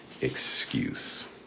excuse